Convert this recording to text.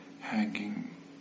hanging